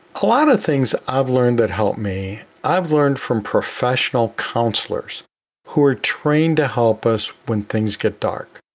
a lot of things i've learned that helped me i've learned from professional counselors who are trained to help us when things get dark.